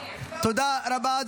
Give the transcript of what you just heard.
לכו הביתה.